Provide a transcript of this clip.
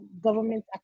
government